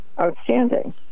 outstanding